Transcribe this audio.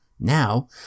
Now